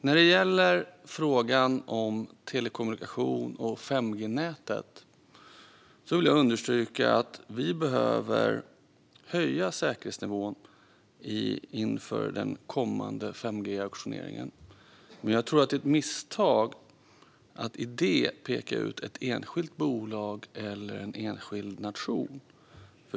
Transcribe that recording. När det gäller frågan om telekommunikation och 5G-nätet vill jag understryka att vi behöver höja säkerhetsnivån inför den kommande 5G-auktioneringen. Men jag tror att det är ett misstag att i detta peka ut ett enskilt bolag eller en enskild nation.